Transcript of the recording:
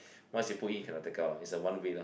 once you put in you cannot take out lah it's a one way lah